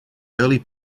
early